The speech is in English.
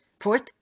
Fourth